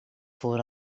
voor